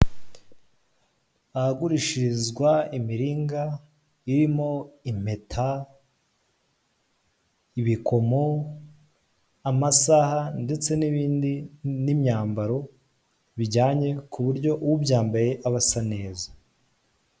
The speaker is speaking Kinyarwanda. Ahagurishirizwa imiringa irimo impeta, ibikomo, amasaha ndetse n'ibindi n'imyambaro bijyanye ku buryo ubyambaye aba asa neza.